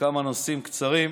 לכמה נושאים קצרים,